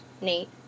Nate